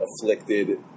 afflicted